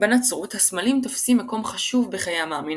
בנצרות הסמלים תופסים מקום חשוב בחיי המאמין